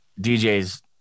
DJ's